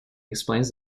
explains